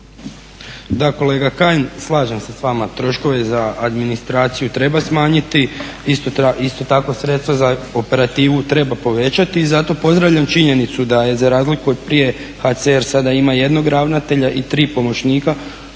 Da, kolega Kajin, slažem se s vama. Troškove za administraciju treba smanjiti, isto tako sredstava za operativu treba povećati, zato pozdravljam činjenicu da za razliku od prije, HCR sada ima jednog ravnatelja i tri pomoćnika